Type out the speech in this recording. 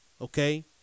okay